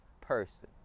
person